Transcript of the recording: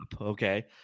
Okay